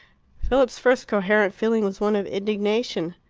philip's first coherent feeling was one of indignation.